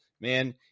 man